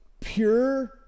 pure